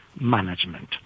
management